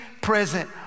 present